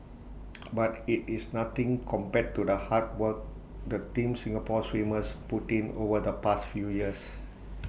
but IT is nothing compared to the hard work the Team Singapore swimmers put in over the past few years